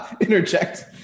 interject